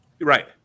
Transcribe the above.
right